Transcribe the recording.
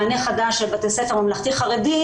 מענה חדש של בתי ספר ממלכתי חרדי,